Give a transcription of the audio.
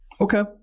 Okay